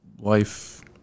life